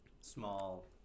small